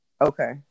okay